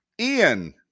Ian